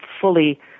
fully